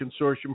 Consortium